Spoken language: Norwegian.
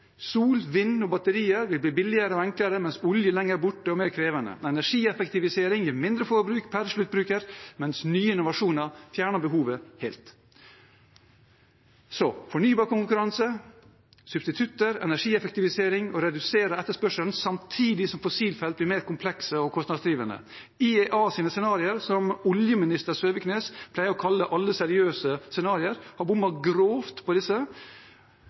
Sol, vind og batterier vil bli billigere og enklere, mens olje er lenger borte og mer krevende. Energieffektivisering gir mindre forbruk per sluttbruker, mens nye innovasjoner fjerner behovet helt. Så for å oppsummere: fornybar konkurranse, substitutter, energieffektivisering og redusert etterspørsel, samtidig som fossilfelt blir mer komplekse og kostnadsdrivende. IEAs scenarier, som oljeminister Søviknes pleier å kalle «alle seriøse scenarier», har bommet grovt på disse